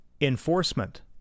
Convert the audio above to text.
enforcement